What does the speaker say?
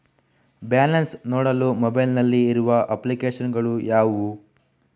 Balance ನೋಡಲು mobile ನಲ್ಲಿ ಇರುವ ಅಪ್ಲಿಕೇಶನ್ ಗಳು ಯಾವುವು?